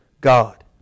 God